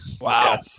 Wow